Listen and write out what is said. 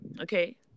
okay